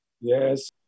Yes